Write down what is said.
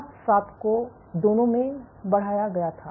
तो integrin alpha 7 को दोनों में बढ़ाया गया था